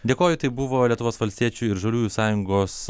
dėkoju tai buvo lietuvos valstiečių ir žaliųjų sąjungos